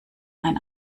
ein